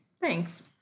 Thanks